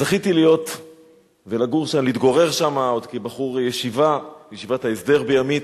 זכיתי להיות ולהתגורר שם כבחור ישיבת ההסדר בימית.